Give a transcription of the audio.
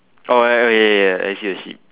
oh ya ya ya yeah yeah yeah I see I see